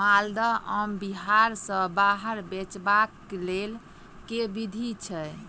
माल्दह आम बिहार सऽ बाहर बेचबाक केँ लेल केँ विधि छैय?